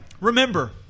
remember